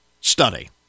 study